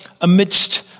amidst